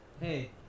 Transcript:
Hey